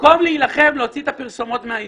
במקום להילחם, להוציא את הפרסומות מהעיתון,